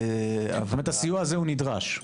זאת אומרת, הסיוע הזה הוא נדרש.